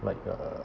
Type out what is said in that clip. like uh